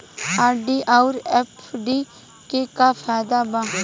RD आउर FD के का फायदा बा?